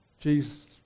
Jesus